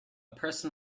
person